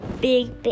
big